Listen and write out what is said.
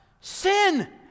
Sin